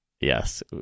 Yes